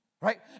right